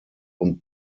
und